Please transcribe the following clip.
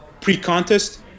pre-contest